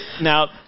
now